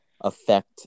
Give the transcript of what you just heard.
affect